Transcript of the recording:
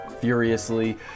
furiously